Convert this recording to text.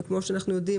וכמו שאנחנו יודעים,